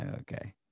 Okay